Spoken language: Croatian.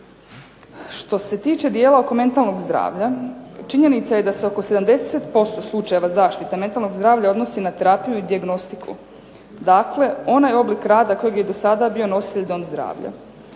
Što se tiče dijela oko mentalnog zdravlja činjenica je da se oko 70% slučajeva zaštite mentalnog zdravlja odnosi na terapiju i dijagnostiku. Dakle, onaj oblik rada kojeg je i dosada bio nositelj dom zdravlja.